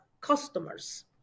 customers